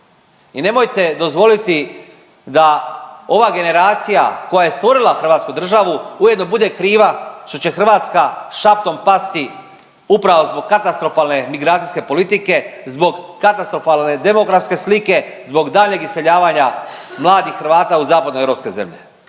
I nemojte dozvoliti da ova generacija koja je stvorila Hrvatsku državu ujedno bude kriva što će Hrvatska šaptom pasti upravo zbog katastrofalne migracijske politike, zbog katastrofalne demografske slike, zbog daljnjeg iseljavanja mladih Hrvata u zapadno-europske zemlje.